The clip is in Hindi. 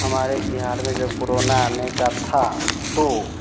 हमारे बिहार में जब कोरोना आने का था तो